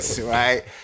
right